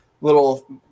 little